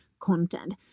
Content